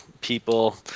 people